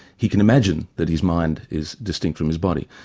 he can imagine that his mind is distinct from his body.